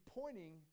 pointing